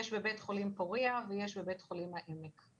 יש בבית חולים פורייה ויש בבית חולים העמק.